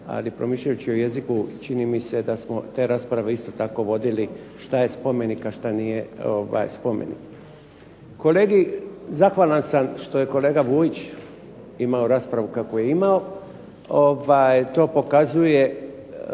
Ali promišljajući o jeziku, čini mi se da smo te rasprave isto tako vodili šta je spomenik, a šta nije spomenik. Kolegi, zahvalan sam što je kolega Vujić imao raspravu kakvu je imao. To pokazuje